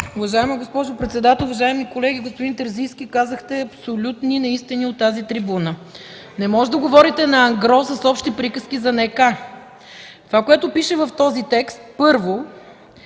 Уважаема госпожо председател, уважаеми колеги! Господин Терзийски, казахте абсолютни неистини от тази трибуна. Не може да говорите на ангро с общи приказки за Наказателния кодекс.